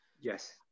yes